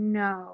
no